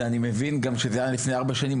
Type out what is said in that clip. אני גם מבין שזה היה גם לפני ארבע שנים,